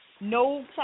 No